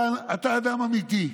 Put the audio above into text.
אתה אדם אמיתי.